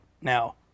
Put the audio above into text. now